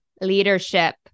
leadership